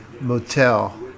Motel